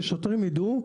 ששוטרים יידעו,